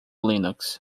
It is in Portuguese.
linux